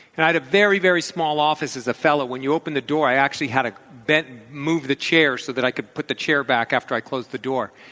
and i had a very, very small office as a fellow. when you opened the door, i actually had to bend move the chair so that i could put the chair back after i closed the door.